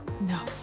No